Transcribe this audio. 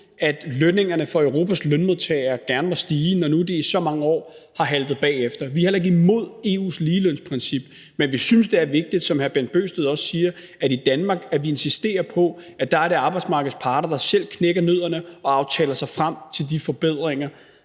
at lønningerne for Europas lønmodtagere gerne må stige, når nu de i så mange år har haltet bagefter, og vi er heller ikke imod EU's ligelønsprincip, men vi synes, det er vigtigt, som hr. Bent Bøgsted også siger, at vi i Danmark insisterer på, at det er arbejdsmarkedets parter, der selv knækker nødderne og aftaler sig frem til de forbedringer